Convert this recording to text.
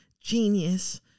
genius